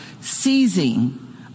seizing